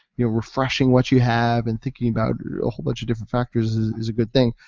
you know, refreshing what you have and thinking about a whole bunch of different factors is is a good thing.